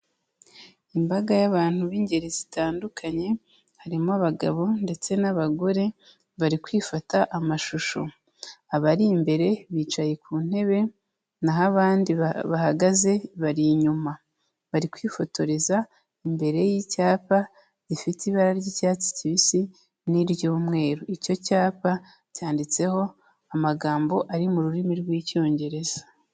Imbaga y'abantu b'ingeri zitandukanye, harimo abagabo ndetse n'abagore bari kwifata amashusho, abari imbere bicaye ku ntebe naho abandi bahagaze bari inyuma, ari kwifotoreza imbere y'icyapa gifite ibara ry'icyatsi kibisi n'iry'umweru, icyo cyapa cyanditseho amagambo ari mu rurimi rw'Icyongereza.